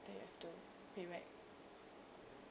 then you have to pay back